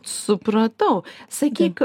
supratau sakyk